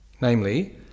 Namely